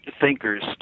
thinkers